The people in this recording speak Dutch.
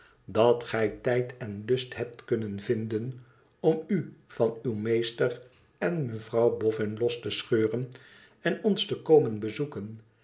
dat gij tijd en lust hebt kunnen vinden om u van uw meneer en mevrouw boffin los te scheuren en ons te komen bezoeken